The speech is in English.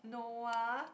Noah